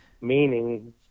meaning